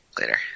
Later